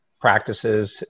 practices